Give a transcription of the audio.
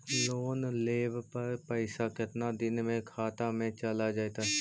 Loan लेब पर पैसा कितना दिन में खाता में चल आ जैताई?